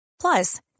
Plus